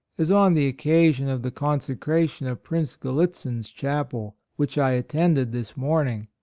as on the occasion of the consecration of prince gallitzin's chapel, which i attended this morning.